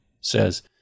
says